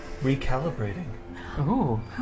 Recalibrating